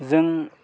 जों